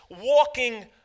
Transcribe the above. walking